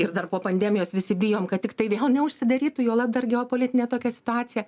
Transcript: ir dar po pandemijos visi bijom kad tiktai vėl neužsidarytų juolab dar geopolitinė tokia situacija